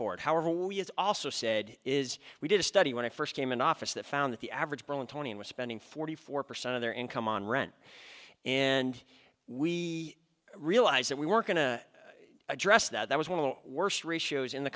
forward however we is also said is we did a study when i first came in office that found that the average person tony was spending forty four percent of their income on rent and we realized that we were going to address that was one of the worst ratios in the